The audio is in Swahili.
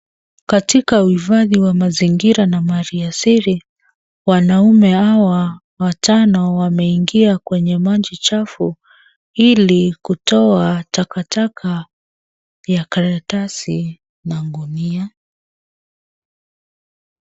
Katika uhifadhi wa mazingira na mali asili, wanaume hawa watano wameingia kwenye maji chafu ili kutoa takataka ya karatasi na gunia.